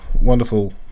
wonderful